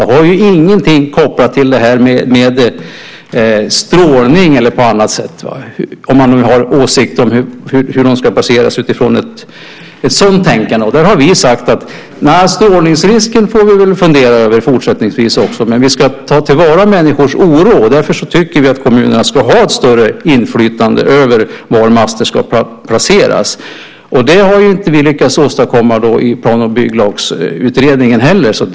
Det har ingen koppling till strålning eller så, om man nu har åsikter om hur de ska placeras utifrån ett sådant tänkande. Där har vi sagt att vi väl får fundera över strålningsrisken också fortsättningsvis, men vi ska ta till vara människors oro. Därför tycker vi att kommunerna ska ha ett större inflytande över var master ska placeras. Det har vi inte lyckats åstadkomma i Plan och bygglagsutredningen heller.